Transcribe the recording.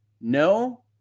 No